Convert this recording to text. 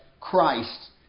Christ